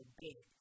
big